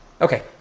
Okay